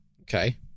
Okay